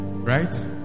right